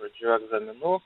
žodžiu egzaminų